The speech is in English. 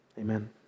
Amen